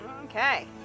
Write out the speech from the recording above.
Okay